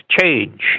change